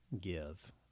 give